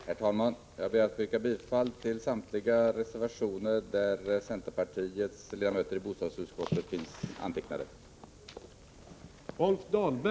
Herr talman! Jag ber att få yrka bifall till samtliga reservationer där centerpartiets ledamöter i bostadsutskottet finns antecknade.